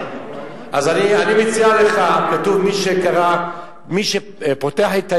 אז אני מציע לך, כתוב: מי שפותח את האיגרת,